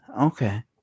Okay